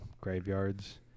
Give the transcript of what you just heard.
graveyards